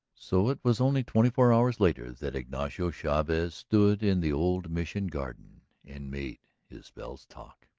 so it was only twenty-four hours later that ignacio chavez stood in the old mission garden and made his bells talk,